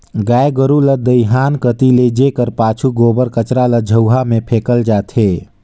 गाय गरू ल दईहान कती लेइजे कर पाछू गोबर कचरा ल झउहा मे फेकल जाथे